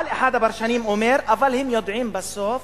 אבל אחד הפרשנים אומר: הם יודעים בסוף